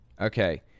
Okay